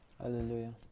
Hallelujah